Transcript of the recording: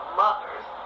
mothers